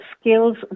Skills